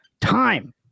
time